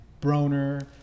Broner